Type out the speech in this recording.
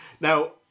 Now